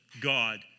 God